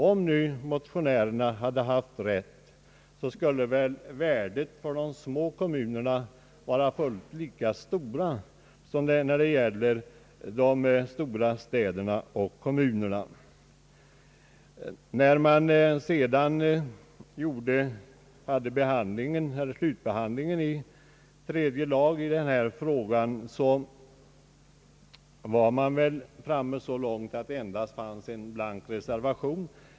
Om nu motionärerna hade haft rätt, skulle väl värdet för små kommuner vara lika stort som för stora städer och stora kommuner. När tredje lagutskottet slutbehandiade detta ärende, hade vi kommit fram så långt att det endast fanns en blank reservation.